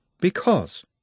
Because